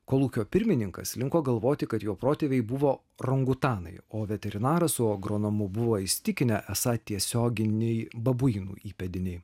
kolūkio pirmininkas linko galvoti kad jo protėviai buvo rongutanai o veterinaras su agronomu buvo įsitikinę esą tiesioginiai babuinų įpėdiniai